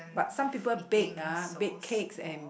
but some people bake ah bake cakes and